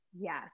Yes